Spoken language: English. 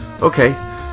okay